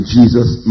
Jesus